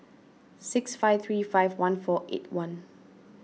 six five three five one four eight one